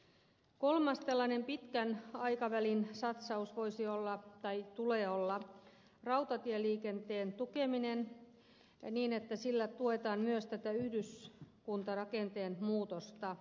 kolmas tällainen pitkän aikavälin satsaus voisi olla tai tulee olla rautatieliikenteen tukeminen niin että sillä tuetaan myös tätä yhdyskuntarakenteen muutosta